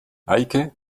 eike